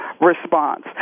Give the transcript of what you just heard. response